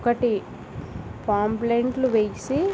ఒకటి పాంప్లెట్లు వేసి